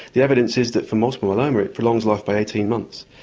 the evidence is that for multiple myeloma it prolongs life by eighteen months.